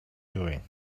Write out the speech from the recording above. doing